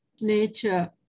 nature